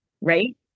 right